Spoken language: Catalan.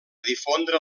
difondre